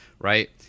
Right